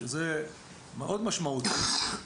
שזה מאוד משמעותי.